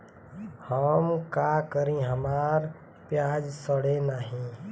हम का करी हमार प्याज सड़ें नाही?